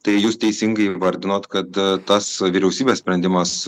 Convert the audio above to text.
tai jūs teisingai įvardinot kad tas vyriausybės sprendimas